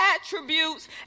attributes